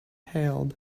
hailed